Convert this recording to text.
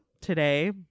today